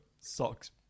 socks